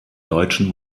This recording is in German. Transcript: deutschen